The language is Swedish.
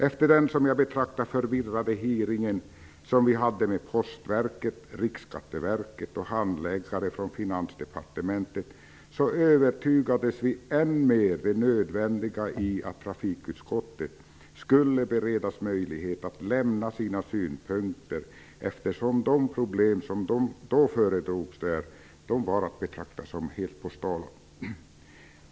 Efter den, som jag betraktar det, förvirrade hearingen med Postverket, Riksskatteverket och handläggare från Finansdepartementet övertygades vi än mer om det nödvändiga i att trafikutskottet skulle beredas möjlighet att lämna sina synpunkter, eftersom de problem som föredrogs där var att betrakta som helt postala.